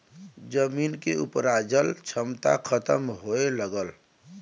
जमीन के उपराजल क्षमता खतम होए लगल